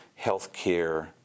healthcare